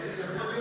יכול להיות